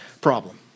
problem